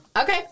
Okay